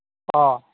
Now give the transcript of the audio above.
अ